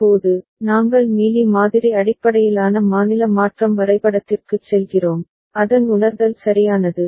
இப்போது நாங்கள் மீலி மாதிரி அடிப்படையிலான மாநில மாற்றம் வரைபடத்திற்குச் செல்கிறோம் அதன் உணர்தல் சரியானது